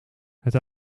het